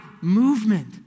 movement